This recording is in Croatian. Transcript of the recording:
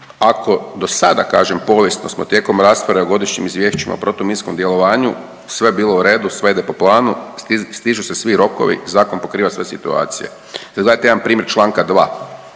Ako do sada kažem povijesno smo tijekom rasprave o godišnjim izvješćima o protuminskom djelovanju sve bilo u redu, sve ide po planu, stižu se svi rokovi, zakon pokriva sve situacije. Sad gledajte jedan primjer članka 2.